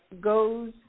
Goes